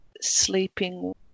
sleeping